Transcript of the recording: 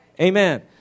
Amen